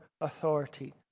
authority